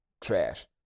trash